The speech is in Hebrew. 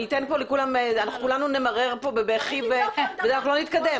אנחנו כולנו נמרר כאן בבכי אבל לא נתקדם.